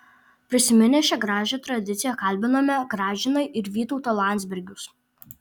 prisiminę šią gražią tradiciją kalbiname gražiną ir vytautą landsbergius